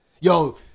Yo